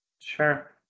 Sure